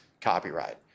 copyright